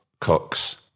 cooks